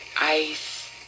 ice